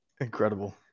Incredible